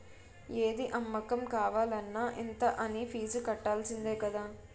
ఏది అమ్మకం కావాలన్న ఇంత అనీ ఫీజు కట్టాల్సిందే కదా